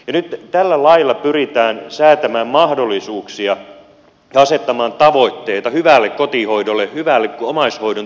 nyt tällä lailla pyritään säätämään mahdollisuuksia ja asettamaan tavoitteita hyvälle kotihoidolle hyville omaishoidon tukipalveluille